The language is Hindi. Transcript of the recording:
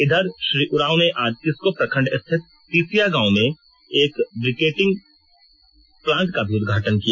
इधर श्री उरांव ने आज किस्को प्रखण्ड स्थित तिसिया गांव में एक ब्रिकेटिंग प्लांट का भी उद्घाटन किया